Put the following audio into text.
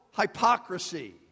hypocrisy